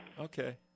Okay